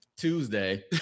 tuesday